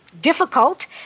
difficult